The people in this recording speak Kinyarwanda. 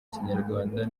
kinyarwanda